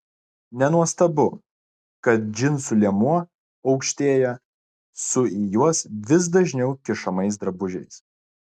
nenuostabu kad džinsų liemuo aukštėja su į juos vis dažniau kišamais drabužiais